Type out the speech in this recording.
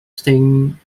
same